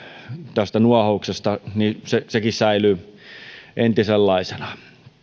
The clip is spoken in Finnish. nuohouksesta säilyy entisenlaisena